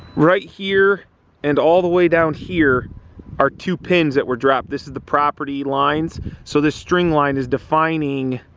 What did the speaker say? right here and all the way down here are two pins that were dropped this is the property lines so this string line is defining